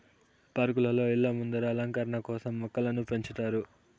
పార్కులలో, ఇళ్ళ ముందర అలంకరణ కోసం మొక్కలను పెంచుతారు